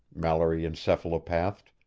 mallory encephalopathed,